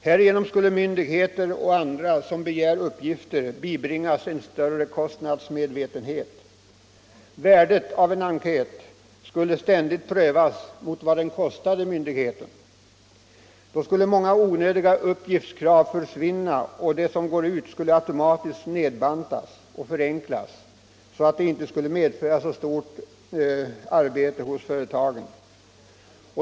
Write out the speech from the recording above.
Härigenom skulle myndigheter och andra som begär uppgifter bibringas en större kostnadsmedvetenhet. Värdet av en enkät skulle ständigt prövas mot vad den kostade myndigheten. Då skulle många onödiga uppgiftskrav försvinna, och de som går ut skulle automatiskt nedbantas och förenklas så att de inte skulle medföra så stort arbete hos företagen.